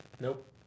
Nope